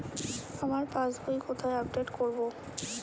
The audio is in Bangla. আমার পাস বই কোথায় আপডেট করব?